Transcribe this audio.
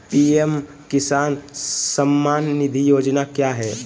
PM Kisan Samman Nidhi Yojana क्या है?